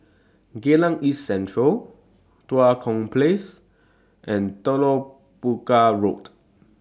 Geylang East Central Tua Kong Place and Telok Paku Road